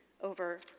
over